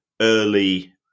early